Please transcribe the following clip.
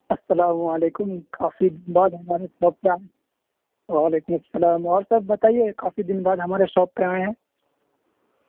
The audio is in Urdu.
السلام علیکم کافی دن بعد ہمارے شاپ پہ آپ وعلیکم السلام اور سب بتائیے کافی دن بعد ہمارے شاپ پہ آئے ہیں